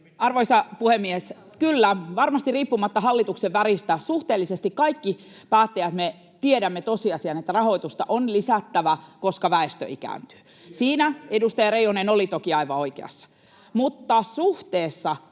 Arvoisa puhemies! Kyllä, varmasti riippumatta hallituksen väristä suhteellisesti kaikki me päättäjät tiedämme sen tosiasian, että rahoitusta on lisättävä, koska väestö ikääntyy, [Mauri Peltokangas: Miljardi per vuosi!] siinä edustaja Reijonen oli toki aivan oikeassa, mutta suhteessa